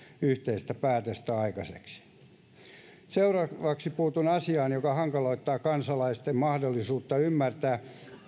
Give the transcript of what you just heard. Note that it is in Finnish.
yhteistä päätöstä aikaiseksi seuraavaksi puutun asiaan joka hankaloittaa kansalaisten mahdollisuutta ymmärtää